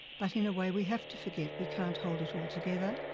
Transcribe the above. but in a way we have to forget, we can't hold it all together,